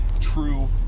true